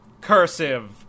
Cursive